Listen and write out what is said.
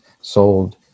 sold